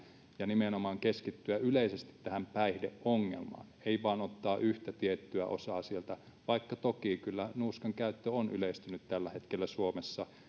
ja nimenomaan keskittyä yleisesti tähän päihdeongelmaan ei vain ottaa yhtä tiettyä osaa sieltä vaikka toki kyllä nuuskan käyttö on yleistynyt tällä hetkellä suomessa